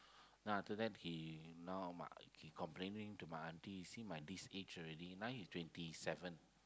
then after that he now mah he complaining to my aunty you see my this age already now you twenty seven